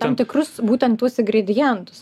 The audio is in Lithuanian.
tam tikrus būtent tuos igridientus